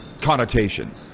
connotation